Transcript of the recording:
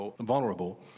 vulnerable